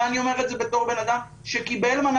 אני אומר את זה בתור בן אדם שקיבל מנה